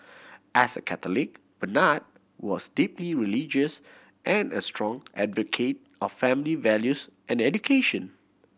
as a Catholic Bernard was deeply religious and a strong advocate of family values and education